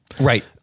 Right